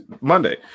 Monday